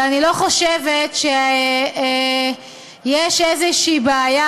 ואני לא חושבת שיש איזושהי בעיה,